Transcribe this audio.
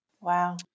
Wow